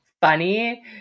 funny